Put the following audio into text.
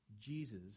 Jesus